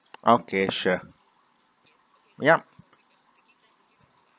okay sure yup